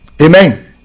Amen